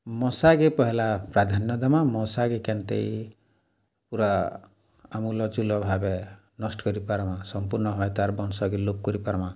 ମଶାକେ ପହେଲା ପ୍ରାଧାନ୍ୟ ଦେମା ମଶାକେ କେନ୍ତା ପୁରା ଆମୂଲଚୁଲ ଭାବେ ନଷ୍ଟ୍ କରିପାର୍ମା ସମ୍ପୂର୍ଣ୍ଣ ଭାବେ ତାର୍ ବଂଶକେ ଲୋପ୍ କରିପାର୍ମା